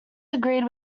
agreed